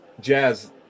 Jazz